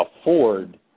afford